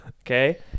okay